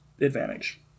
advantage